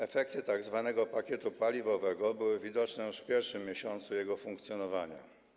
Efekty tzw. pakietu paliwowego były widoczne już w pierwszym miesiącu jego funkcjonowania.